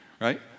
right